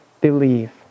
believe